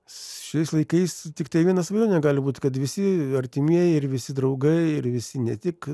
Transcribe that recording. šiais laikais tiktai viena svajonė gali būti kad visi artimieji ir visi draugai ir visi ne tik